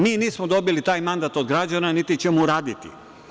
Mi nismo dobili taj mandat od građana, niti ćemo uraditi.